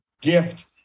gift